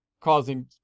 causing